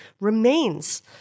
remains